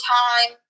time